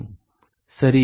மாணவர் சரி